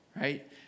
Right